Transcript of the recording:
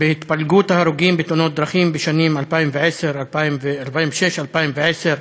בהתפלגות ההרוגים בתאונות דרכים בשנים 2006 2010,